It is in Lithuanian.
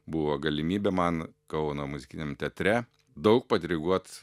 buvo galimybė man kauno muzikiniam teatre daug padiriguot